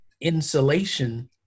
Insulation